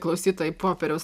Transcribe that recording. klausytojai popieriaus